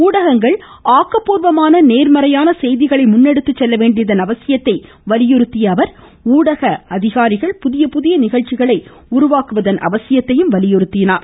ஊடகங்கள் ஆக்கப்பூர்வமான நேர்மறையான செய்திகளை முன்னேடுத்து செல்லவேண்டியதன் அவசியத்தை வலியுறுத்திய அவர் ஊடக அலுவலர்கள் புதிய புதிய நிகழ்ச்சிகளை உருவாக்க வேண்டுமென்றார்